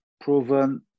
proven